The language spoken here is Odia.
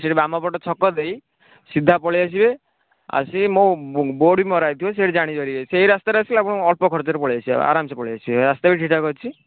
ସେଇ ବାମ ପଟ ଛକ ଦେଇ ସିଧା ପଳାଇ ଆସିବେ ଆସି ମୋ ବୋର୍ଡ୍ ବି ମରା ହୋଇଥିବ ସେ ଜାଣିପାରିବେ ସେଇ ରାସ୍ତାରେ ଆସି ଅଳ୍ପ ଖର୍ଚ୍ଚରେ ପଳେଇ ଆସିବେ ଆରାମସେ ପଳେଇ ଆସିବେ ରାସ୍ତା ବି ଠିକ ଠାକ ଅଛି